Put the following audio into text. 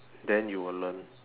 then you will learn